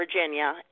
Virginia